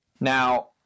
Now